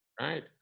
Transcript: Right